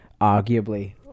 arguably